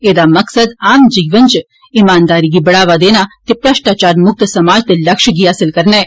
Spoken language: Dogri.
ऐदा मकसद आम जीवन च इमानदारी गी बढ़ावा देना ते भ्रष्टाचार मुकत समाज दे लक्ष्य गी हासल करना ऐ